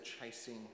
chasing